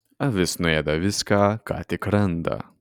avis nuėda viską ką tik randa